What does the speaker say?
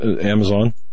Amazon